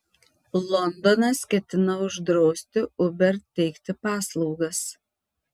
londonas ketina uždrausti uber teikti paslaugas